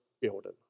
building